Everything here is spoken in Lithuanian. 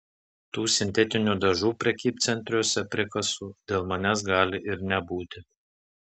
tų sintetinių dažų prekybcentriuose prie kasų dėl manęs gali ir nebūti